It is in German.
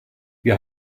wir